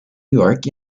york